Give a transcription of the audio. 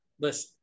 Listen